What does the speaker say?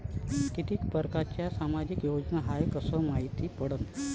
कितीक परकारच्या सामाजिक योजना हाय कस मायती पडन?